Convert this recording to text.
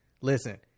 Listen